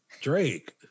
Drake